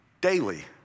daily